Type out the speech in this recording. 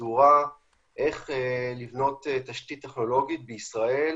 סדורה איך לבנות תשתית טכנולוגית בישראל